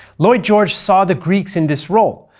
lloyd george saw the greeks in this role,